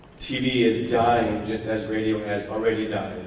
tv as dying just as radio has already died.